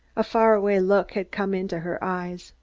a far-away look had come into her eyes